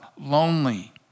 lonely